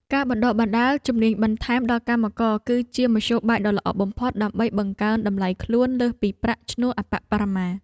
ការបណ្តុះបណ្តាលជំនាញបន្ថែមដល់កម្មករ គឺជាមធ្យោបាយដ៏ល្អបំផុតដើម្បីបង្កើនតម្លៃខ្លួនលើសពីប្រាក់ឈ្នួលអប្បបរមា។